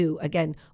Again